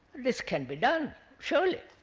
this can be done surely,